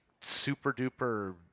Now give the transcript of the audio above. super-duper